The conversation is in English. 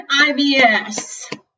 IBS